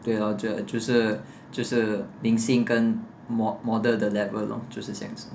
对 loh 就就是明星跟 model 的 level loh 就是这样子